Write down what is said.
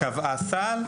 קבע סל,